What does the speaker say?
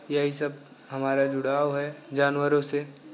यही सब हमारा जुड़ाव है जानवरों से